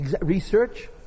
research